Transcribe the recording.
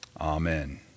amen